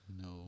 No